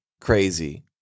crazy